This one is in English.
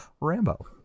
Rambo